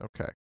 Okay